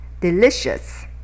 Delicious